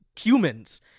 humans